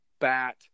bat